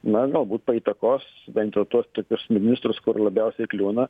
na galbūt paįtakos bent jau tuos tokius ministrus kur labiausiai kliūna